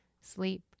sleep